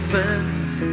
Friends